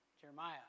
Jeremiah